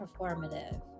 performative